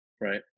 right